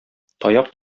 таяк